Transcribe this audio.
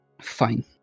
Fine